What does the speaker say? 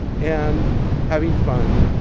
and having fun.